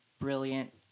brilliant